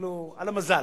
יעני על המזל.